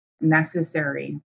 necessary